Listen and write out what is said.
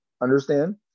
Understand